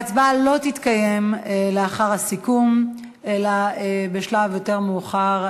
ההצבעה לא תתקיים לאחר הסיכום אלא בשלב יותר מאוחר,